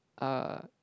uh